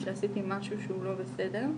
שעשיתי משהו שהוא לא בסדר.